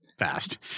fast